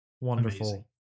Wonderful